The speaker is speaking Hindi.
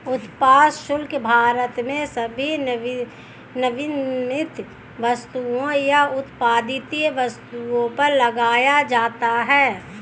उत्पाद शुल्क भारत में सभी विनिर्मित वस्तुओं या उत्पादित वस्तुओं पर लगाया जाता है